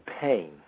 pain